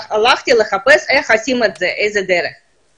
הלכתי לחפש איך עושים את זה ומה הדרך לטפל בזה.